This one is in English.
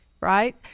Right